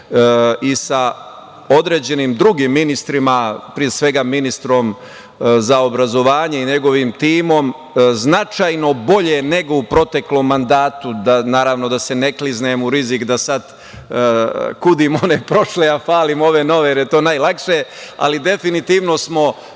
i sa određenim drugim ministrima pre svega ministrom za obrazovanje i njegovim timom, značajno bolje nego u proteklom mandatu, naravno, da se ne kliznem u rizik da sada kudim one prošle, a hvalim ove nove, jer je to najlakše. Definitivno smo